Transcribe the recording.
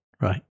right